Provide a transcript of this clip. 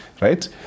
right